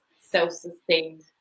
self-sustained